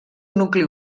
nucli